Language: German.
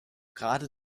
gerade